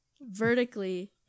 vertically